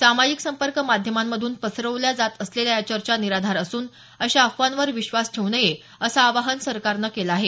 सामाजिक संपर्क माध्यमांमधून पसरवल्या जात असलेल्या या चर्चा निराधार असून अशा अफवांवर विश्वास ठेवू नये असं आवाहन सरकारनं केलं आहे